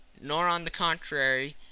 nor, on the contrary,